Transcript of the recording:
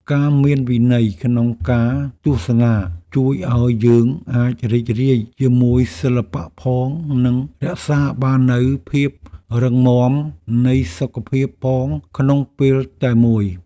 ការមានវិន័យក្នុងការទស្សនាជួយឱ្យយើងអាចរីករាយជាមួយសិល្បៈផងនិងរក្សាបាននូវភាពរឹងមាំនៃសុខភាពផងក្នុងពេលតែមួយ។